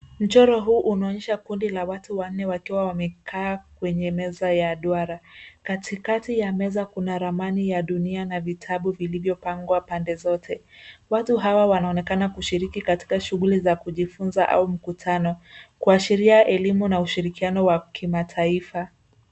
Mchoro huu unaonyesha kundi la watu wanne wakiwa wamekaa kwenye meza ya duara. Katikati ya meza kuna ramani ya dunia na vitabu vilivyopangwa pande zote. Watu hawa wanaonekana kushiriki katika shughuli za kujifunza au mkutano kuashiria elimu na ushirikiano wa kimataifa.